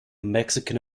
mexican